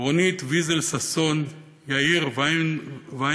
רונית ויזל ששון, יאיר ויינרב,